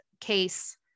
case